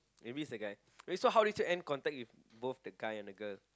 maybe is the guy wait how did you end contact with both the guy and the girl